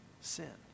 sin